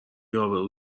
ابرو